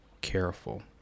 careful